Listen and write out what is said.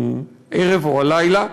הערב או הלילה.